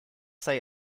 say